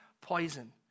poison